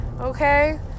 Okay